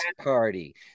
party